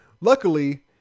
luckily